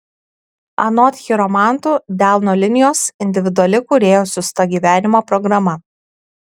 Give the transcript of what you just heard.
anot chiromantų delno linijos individuali kūrėjo siųsta gyvenimo programa